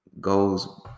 goes